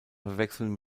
verwechseln